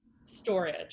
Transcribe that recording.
storage